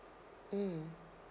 mm